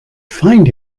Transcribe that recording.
find